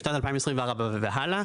משנת 2024 והלאה,